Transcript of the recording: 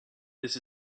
this